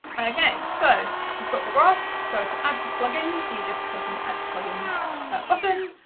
okay, so we've got the graph, so to add the plugin, so you just click on the add plugin button.